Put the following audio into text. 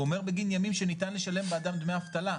הוא אומר בגין ימים שניתן לשלם בעדם דמי אבטלה.